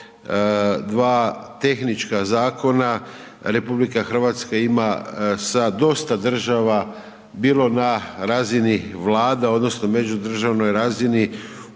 o 2 tehnička zakona, RH, ima sa dosta država bilo na razini vlada, odnosno, međudržavnoj razini, okvirne